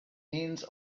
means